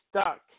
stuck